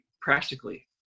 practically